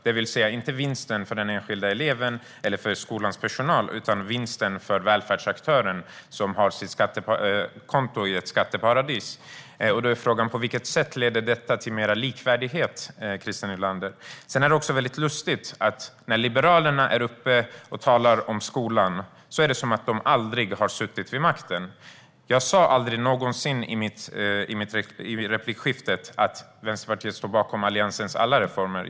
Det handlar inte om vinsten för den enskilda eleven eller för skolans personal, utan vinsten för välfärdsaktören som har sitt konto i ett skatteparadis. På vilket sätt leder detta till mer likvärdighet, Christer Nylander? Det är lustigt att när Liberalerna står i talarstolen och talar om skolan låter det som om de aldrig har suttit vid makten. Jag sa inte i min replik att Vänsterpartiet står bakom Alliansens alla reformer.